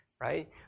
right